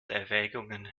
erwägungen